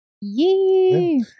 yay